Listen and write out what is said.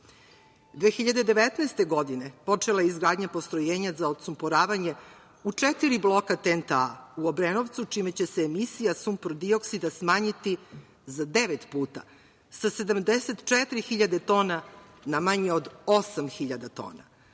2019. počela je izgradnja postrojenja za odsumporavanje u četiri bloka TENT A u Obrenovcu, čime će se emisija sumpordioksida smanjiti za devet puta, sa 74.000 tona na manje od 8.000 tona.